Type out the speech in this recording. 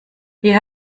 hier